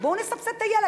בואו נסבסד את הילד.